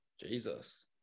Jesus